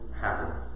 happen